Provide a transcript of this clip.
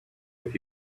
with